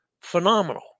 phenomenal